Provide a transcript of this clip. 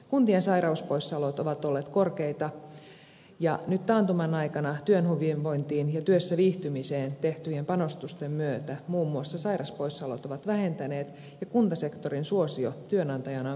kuntien sairauspoissaolot ovat olleet korkeita ja nyt taantuman aikana työhyvinvointiin ja työssäviihtymiseen tehtyjen panostusten myötä muun muassa sairauspoissaolot ovat vähentyneet ja kuntasektorin suosio työnantajana on kasvanut